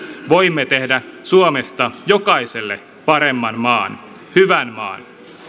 voimme tehdä suomesta jokaiselle paremman maan hyvän maan